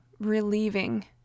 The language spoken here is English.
relieving